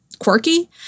quirky